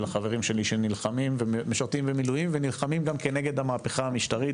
ולחברים שלי שמשרתים במילואים ונלחמים גם כנגד המהפכה המשטרית